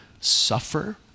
suffer